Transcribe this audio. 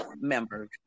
members